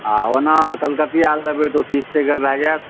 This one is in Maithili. आओर ओना कलकतिआ लेबै तऽ ओ तीस टके भऽ जाएत